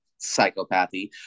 psychopathy